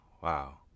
wow